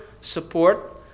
support